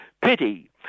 Pity